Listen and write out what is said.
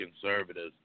conservatives